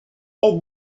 est